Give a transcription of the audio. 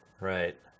Right